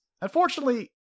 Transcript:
unfortunately